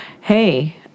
Hey